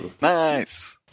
Nice